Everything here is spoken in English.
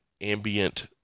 ambient